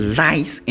lies